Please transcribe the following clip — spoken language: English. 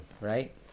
right